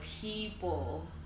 people